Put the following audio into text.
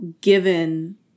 given